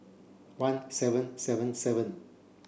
one seven seven seven